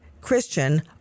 Christian